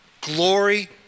glory